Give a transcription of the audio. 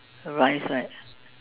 rice right